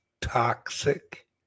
toxic